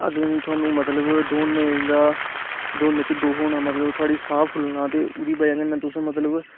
अगले दिन थुहानू मतलब दोडने दा दोडने च दुख होना थुआढ़ा साह् फुल्लना ओहदी बजह कन्नै तुस मतलब थुहानू